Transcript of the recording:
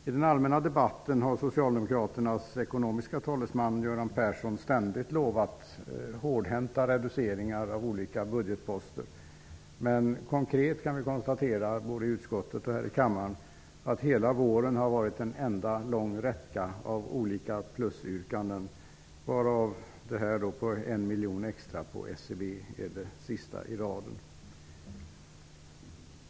I den allmänna debatten har socialdemokraternas ekonomiske talesman Göran Persson ständigt lovat hårdhänta reduceringar av olika budgetposter. Konkret kan vi konstatera att hela våren har varit en enda lång räcka av olika plusyrkanden i både utskottet och kammaren. Yrkandet på 1 miljon extra till SCB är det sista i raden.